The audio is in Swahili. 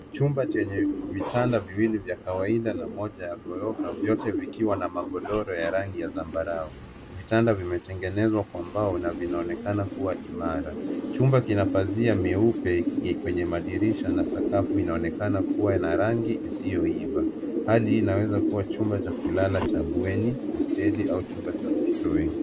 Chumba chenye vitanda viwili vya kawaida na moja ya ghorofa, vyote vikiwa na magodoro ya rangi ya zambarau. Vitanda vimetengenezwa kwa mbao na vinaonekana kuwa imara. Chumba kina pazia meupe kwenye madirisha na sakafu inaonekana kuwa na rangi isiyoiva. Hali hii inaweza kuwa chumba cha kulala cha bweni, hosteli au chumba cha watoto wengi.